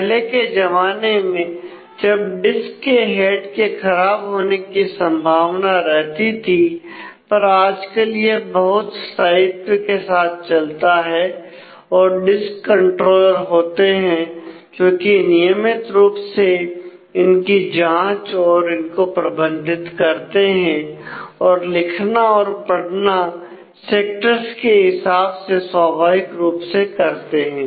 पहले के जमाने में जब डिस्क के हेड के खराब होने की संभावना रहती थी पर आजकल यह बहुत स्थायित्व के साथ चलता है और डिस्क कंट्रोलर होते हैं जोकि नियमित रूप से इनकी जांच और इनको प्रबंधित करते हैं और लिखना और पढ़ना सेक्टर्स के हिसाब से स्वाभाविक रूप से करते हैं